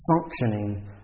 functioning